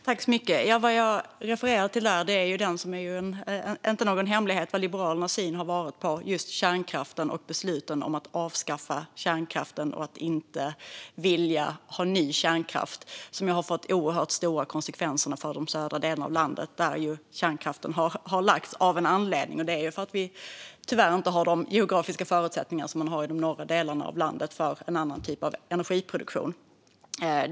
Herr talman! Det jag refererade till är att det inte är någon hemlighet vad Liberalernas syn har varit på kärnkraften, besluten om att avskaffa den och att man inte vill ha ny kärnkraft. Det har fått oerhört stora konsekvenser för de södra delarna av landet där kärnkraften placerades av den anledningen att det tyvärr saknas samma geografiska förutsättningar där som i norra delarna av landet för en annan typ av energiproduktion.